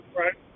right